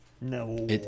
No